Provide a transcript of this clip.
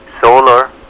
solar